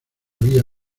vía